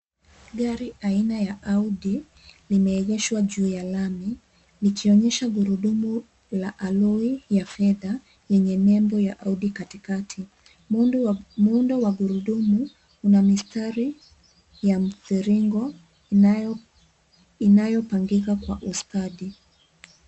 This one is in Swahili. Gari aina ya Audi limeegeshwa juu ya lami likionyesha gurudumu la alloy ya fedha yenye nebo la Audi katikati. Muundo wa gurudumu una mistari ya mviringo inayopangika kwa ustadi.